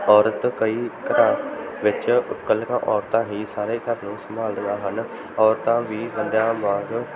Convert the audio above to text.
ਔਰਤ ਕਈ ਘਰਾਂ ਵਿੱਚ ਇਕੱਲੀਆਂ ਔਰਤਾਂ ਹੀ ਸਾਰੇ ਘਰ ਨੂੰ ਸੰਭਾਲਦੀਆਂ ਹਨ ਔਰਤਾਂ ਵੀ ਬੰਦਿਆਂ ਵਾਂਗ